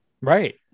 Right